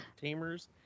tamers